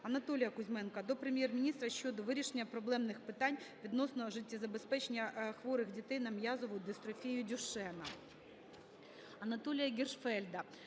Анатолія Кузьменка до Прем'єр-міністра щодо вирішення проблемних питань відносно життєзабезпечення хворих дітей на м'язову дистрофію Дюшена.